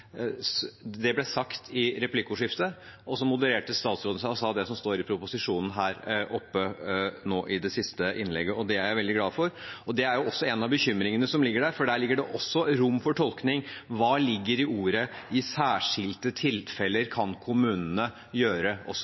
Det ble sagt i replikkordskiftet, og så modererte statsråden seg, her oppe nå nettopp, i det siste innlegget, og sa det som står i proposisjonen. Det er jeg veldig glad for. Det er også en av bekymringene som ligger der, for der ligger det også et rom for tolkning. Hva ligger i formuleringen «i særskilte tilfeller kan kommunene gjøre» osv.? Det er ikke minst også